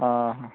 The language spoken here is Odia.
ଅ ହଁ